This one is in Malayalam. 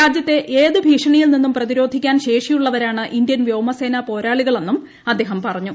രാജ്യത്തെ ഏത് ഭീഷണിയിൽ നിന്നും പ്രതിരോധിക്കാൻ ശേഷിയുള്ളവരാണ് ഇന്ത്യൻ വ്യോമസേന പ്പോരാളികളെന്നും അദ്ദേഹം പറഞ്ഞു